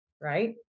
right